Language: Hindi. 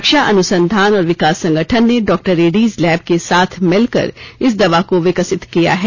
रक्षा अनुसंधान और विकास संगठन ने डॉक्टर रेड्डीज लैब के साथ मिलकर इस दवा को विकसित किया है